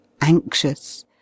anxious